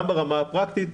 גם ברמה הפרקטית,